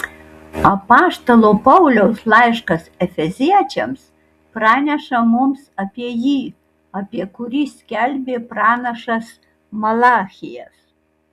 apaštalo pauliaus laiškas efeziečiams praneša mums apie jį apie kurį skelbė pranašas malachijas